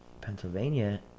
Pennsylvania